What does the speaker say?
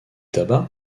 tabac